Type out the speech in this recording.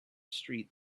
street